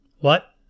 What